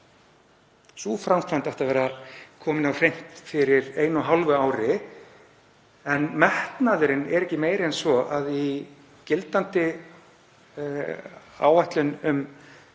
Sú framkvæmd átti að vera komin á hreint fyrir einu og hálfu ári en metnaðurinn er ekki meiri en svo að í gildandi áætlun um